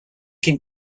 can